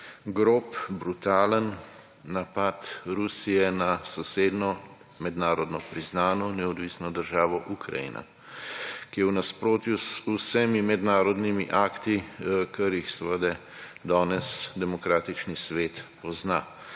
grob, brutalen napad Rusije na sosednjo mednarodno priznano neodvisno državo Ukrajine, ki je v nasprotju z vsemi mednarodnimi akti, kar jih seveda danes demokratični svet pozna.